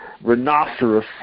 Rhinoceros